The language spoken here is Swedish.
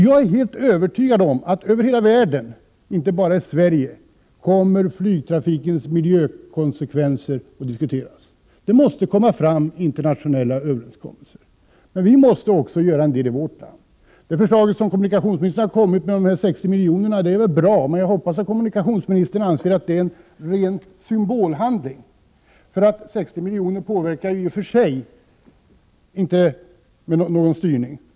Jag är helt övertygad om att flygtrafikens miljökonsekvenser kommer att diskuteras över hela världen, inte bara här i Sverige. Det måste åstadkommas internationella överenskommelser. Även vi i vårt land måste göra en del. Det förslag om 60 milj.kr. som kommunikationsministern har presenterat är bra. Men jag hoppas att kommunikationsministern samtidigt ser det som en ren symbolhandling. 60 milj.kr. påverkar ju i och för sig inte styrningen.